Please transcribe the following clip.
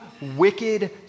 wicked